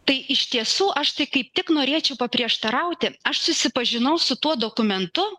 tai iš tiesų aš tai kaip tik norėčiau paprieštarauti aš susipažinau su tuo dokumentu